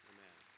Amen